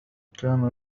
كانوا